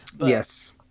Yes